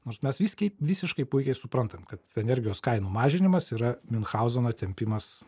nors mes viskiai visiškai puikiai suprantam kad energijos kainų mažinimas yra miunchauzeno tempimas